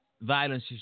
violence